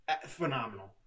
phenomenal